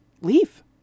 leave